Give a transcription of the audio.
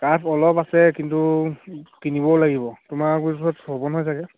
কাঠ অলপ আছে কিন্তু কিনিবও লাগিব তোমাৰ ওচৰত হ'ব নহয় চাগে